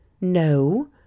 No